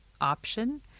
option